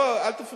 לא, אל תפריע.